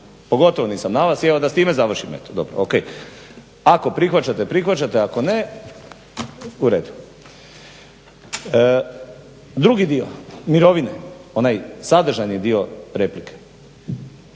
pogotovo nisam na vas i evo da s time završim, ok. Ako prihvaćate, prihvaćate, ako ne u redu. Drugi dio, mirovine, onaj sadržajni dio replike.